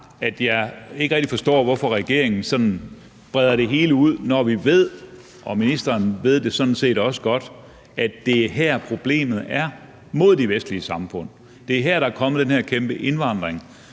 forstår, hvorfor regeringen sådan breder det hele ud, når vi ved – og ministeren ved det sådan set også godt – at det er her, problemet er rettet mod de vestlige samfund. Det er her, der er kommet den her kæmpe indvandring